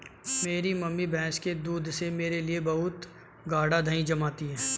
मेरी मम्मी भैंस के दूध से मेरे लिए बहुत ही गाड़ा दही जमाती है